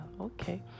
okay